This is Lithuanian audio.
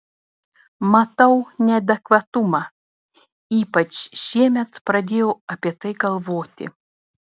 matau neadekvatumą ypač šiemet pradėjau apie tai galvoti